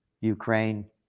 Ukraine